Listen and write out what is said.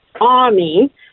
Army